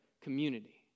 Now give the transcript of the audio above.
community